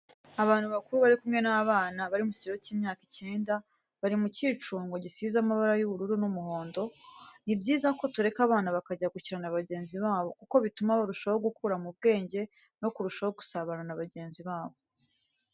Abantu bakuru bari kumwe n'abana bari mu kigero cy'imyaka icyenda, bari mu cyicungo gisize amabara y'ubururun'umuhondo. Ni byiza ko tureka abana bakajya gukina na bagenzi babo kuko bituma barushaho gukura mu bwenge no kurushaho gusabana na bagenzi babo.